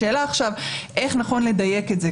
השאלה עכשיו איך נכון לדייק את זה.